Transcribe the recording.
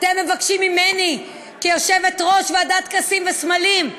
אתם מבקשים ממני, כיושבת-ראש ועדת טקסים וסמלים,